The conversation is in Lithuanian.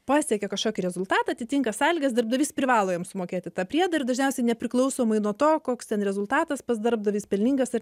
pasiekė kažkokį rezultatą atitinka sąlygas darbdavys privalo jam sumokėti tą priedą ir dažniausiai nepriklausomai nuo to koks ten rezultatas pas darbdavį jis pelningas ar